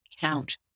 count